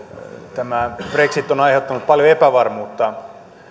tämä brexit on aiheuttanut paljon epävarmuutta